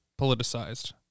politicized